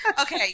okay